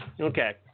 Okay